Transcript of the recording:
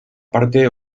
parte